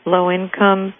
low-income